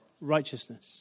righteousness